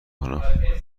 کنم